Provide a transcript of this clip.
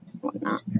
whatnot